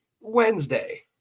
Wednesday